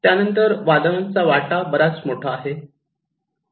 त्यानंतर वादळांचा वाटा बराच मोठा आहे